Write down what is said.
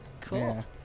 Cool